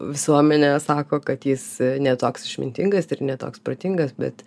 visuomenė sako kad jis ne toks išmintingas ir ne toks protingas bet